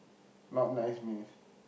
not nice means